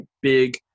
big